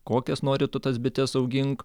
kokias nori tu tas bites augink